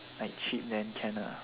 like cheap then can ah